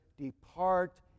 depart